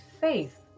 faith